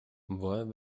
wollen